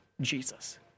Jesus